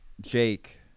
Jake